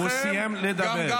גם אתה,